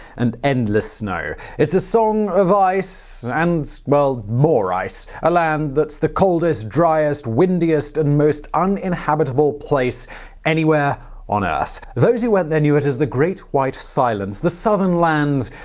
and endless snow. it's a song of ice and, well, more ice. a land that's the coldest, driest, windiest, and most uninhabitable of anywhere on earth. those who went there knew it as the great white silence, the southern land,